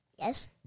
Yes